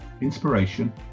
inspiration